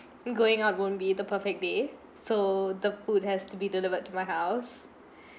going out won't be the perfect day so the food has to be delivered to my house